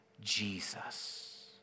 Jesus